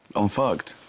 i'm fucked.